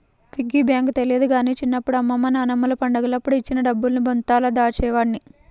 piggy bank తెలియదు గానీ చిన్నప్పుడు అమ్మమ్మ నాన్నమ్మలు పండగలప్పుడు ఇచ్చిన డబ్బుల్ని ముంతలో దాచేవాడ్ని